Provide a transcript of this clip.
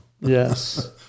Yes